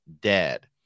dead